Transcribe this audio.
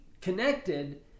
connected